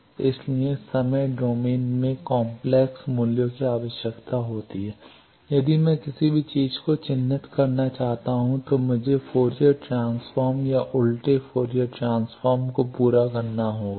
इसलिए समय डोमेन में काम्प्लेक्स मूल्यों की आवश्यकता होती है यदि मैं किसी भी चीज को चिह्नित करना चाहता हूं तो मुझे फोरिअर ट्रांसफॉर्म या उल्टे फोरिअर ट्रांसफॉर्म को पूरा करना होगा